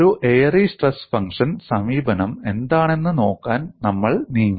ഒരു Airy stress function സമീപനം എന്താണെന്ന് നോക്കാൻ നമ്മൾ നീങ്ങി